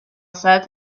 said